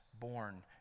born